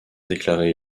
déclaré